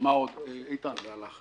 רשות הדיבור